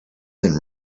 than